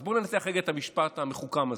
אז בואו ננתח רגע את המשפט המחוכם הזה.